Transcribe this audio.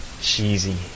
cheesy